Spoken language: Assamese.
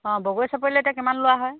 অঁ বগৰী চাপৰিলে এতিয়া কিমান লোৱা হয়